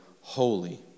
holy